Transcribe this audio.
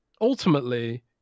ultimately